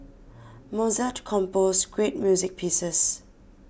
Mozart composed great music pieces